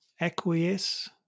acquiesce